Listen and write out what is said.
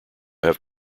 have